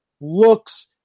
looks